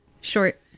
short